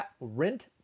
rent